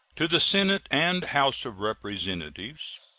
to the senate and house of representatives